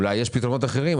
אולי יש פתרונות אחרים.